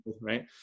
right